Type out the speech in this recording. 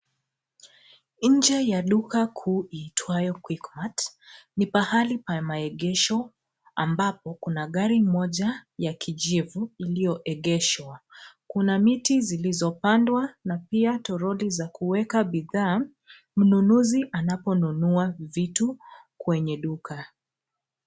Nje ya duka kuu iitwayo Quickmart ni pahali pa maegesho ambapo kuna gari moja ya kijivu lililoengeshwa. Kuna kuna miti zilizopandwa na pia toroli za kuweka bidhaa mnunuzi anaponunua vitu kwenye duka.